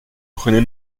prenez